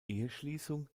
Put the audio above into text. eheschließung